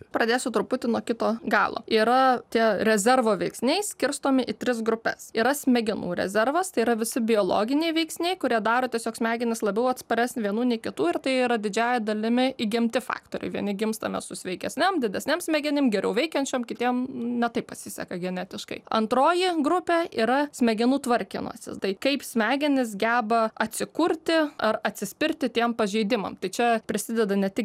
pradėsiu truputį nuo kito galo yra tie rezervo veiksniai skirstomi į tris grupes yra smegenų rezervas tai yra visi biologiniai veiksniai kurie daro tiesiog smegenis labiau atsparias vienų nei kitų ir tai yra didžiąja dalimi įgimti faktoriai vieni gimstame su sveikesnėm didesnėm smegenim geriau veikiančiom kitiem ne taip pasiseka genetiškai antroji grupė yra smegenų tvarkymasis tai kaip smegenys geba atsikurti ar atsispirti tiem pažeidimam tai čia prisideda ne tik